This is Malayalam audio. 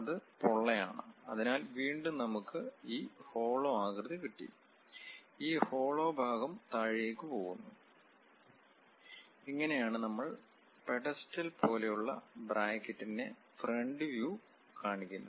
അത് പൊള്ളയാണ് അതിനാൽ വീണ്ടും നമുക്ക് ഈ ഹോളോ ആകൃതി കിട്ടി ഈ ഹോളോ ഭാഗം താഴേക്ക് പോകുന്നു ഇങ്ങനെ ആണ് നമ്മൾ പെടെസ്റ്റൽ പോലെ ഉള്ള ബ്രാക്കറ്റിന്റെ ഫ്രണ്ട് വ്യൂ കാണിക്കുന്നത്